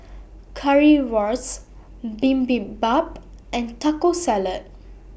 Currywurst Bibimbap and Taco Salad